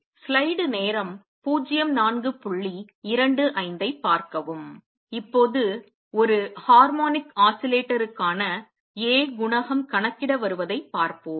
slide நேரம் 0425 ஐப் பார்க்கவும் இப்போது ஒரு ஹார்மோனிக் ஆஸிலேட்டருக்கான A குணகம் கணக்கிட வருவதைப் பார்ப்போம்